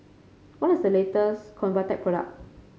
what is the latest Convatec product